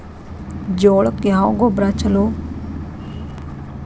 ಜೋಳಕ್ಕ ಯಾವ ಗೊಬ್ಬರ ಛಲೋ?